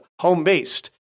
home-based